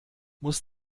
muss